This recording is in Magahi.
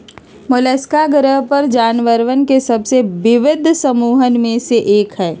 मोलस्का ग्रह पर जानवरवन के सबसे विविध समूहन में से एक हई